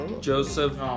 Joseph